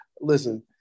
Listen